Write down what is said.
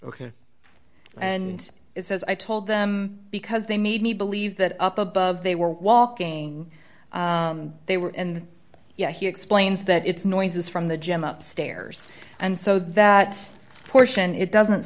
ok and it says i told them because they made me believe that up above they were walking they were and you know he explains that it's noises from the gym up stairs and so that portion it doesn't